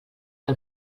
que